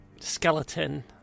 skeleton